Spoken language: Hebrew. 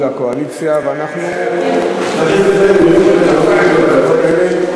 הקואליציה ואנחנו נכניס את זה למי שאתם רוצים לתת את הדקות האלה,